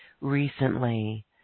recently